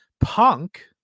Punk